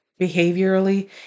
behaviorally